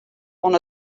oan